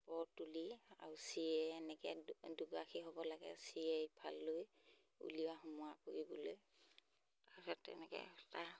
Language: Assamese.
পত তুলি আৰু চিয়ে এনেকৈ দুগৰাকী হ'ব লাগে চিয়ে ইফাল লৈ উলিওৱা সোমোৱা কৰিবলৈ তাৰপিছত তেনেকৈ তাৰ